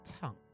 tongue